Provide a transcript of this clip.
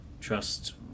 trust